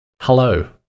hello